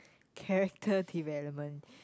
character development